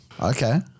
Okay